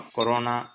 Corona